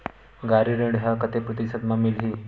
गाड़ी ऋण ह कतेक प्रतिशत म मिलही?